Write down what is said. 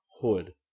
hood